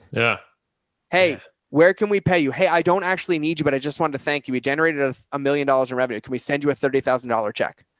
yeah hey, where can we pay you? hey, i don't actually need you, but i just wanted to thank you. we generated a million dollars in revenue. can we send you a thirty thousand dollars check?